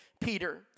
Peter